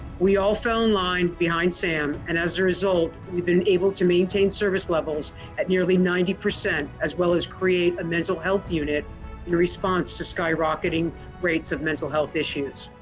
we all fell in line behind sam and as a result we've been able to maintain service levels at nearly ninety percent as well as create a mental health unit in response to skyrocketing rates of mental health issues.